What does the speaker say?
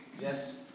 Yes